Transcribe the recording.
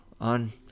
on